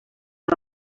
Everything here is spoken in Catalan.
les